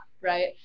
right